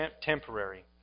temporary